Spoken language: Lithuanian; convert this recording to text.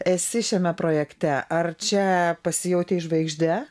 esi šiame projekte ar čia pasijautei žvaigžde